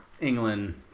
England